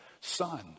son